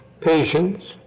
patience